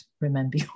remember